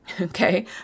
okay